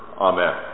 Amen